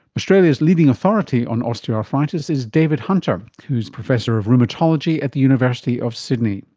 australia's leading authority on osteoarthritis is david hunter, who is professor of rheumatology at the university of sydney.